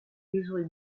usually